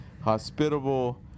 hospitable